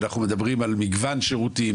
אנחנו מדברים על מגוון שירותים,